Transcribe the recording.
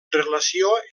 relació